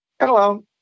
Hello